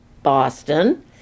boston